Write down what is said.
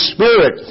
Spirit